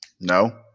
No